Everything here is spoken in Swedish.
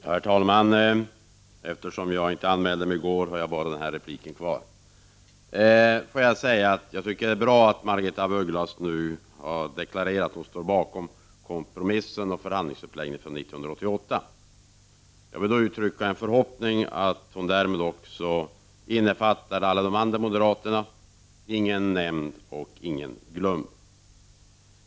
Herr talman! Eftersom jag inte anmälde mig till debatten i går har jag bara denna replik kvar. Jag tycker att det är bra att Margaretha af Ugglas nu deklarerat att hon står bakom kompromissen om förhandlingsuppläggningen från 1988. Jag vill uttrycka en förhoppning om att hon därmed innefattar alla de andra moderaterna, ingen nämnd och ingen glömd.